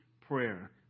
prayer